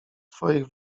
twoich